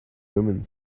women